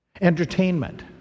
Entertainment